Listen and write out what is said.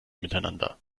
miteinander